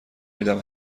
میدم